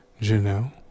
Janelle